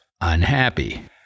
unhappy